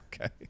Okay